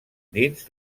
dins